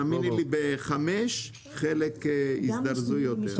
תאמין לי, ב-17:00 יזדרזו יותר.